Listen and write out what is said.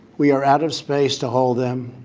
we are out of space to hold them.